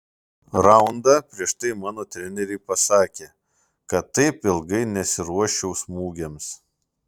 raundą prieš tai mano treneriai pasakė kad taip ilgai nesiruoščiau smūgiams